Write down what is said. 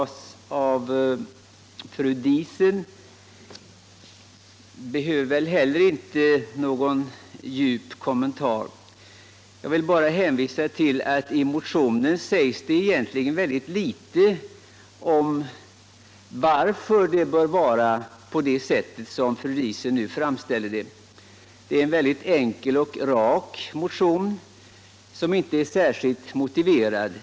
Inte heller fru Diesens replik behöver väl någon djup kommentar. Jag vill bara hänvisa till att det i motionen egentligen sägs ytterst litet om varför det bör vara så som där föreslås. Det är en enkel och rak motion, som egentligen inte innehåller någon motivering.